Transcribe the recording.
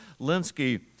Linsky